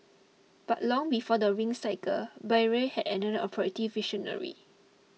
but long before the Ring Cycle Bayreuth had another operatic visionary